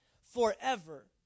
forever